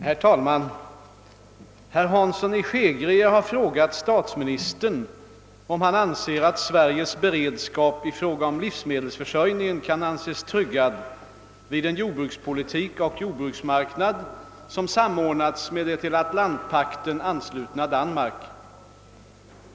Herr talman! Herr Hansson i Skegrie har frågat statsministern, om han anser att Sveriges beredskap i fråga om livsmedelsförsörjningen kan anses tryggad vid en jordbrukspolitik och jordbruksmarknad, som samordnats med det till Atlantpakten anslutna Danmark.